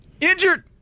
Injured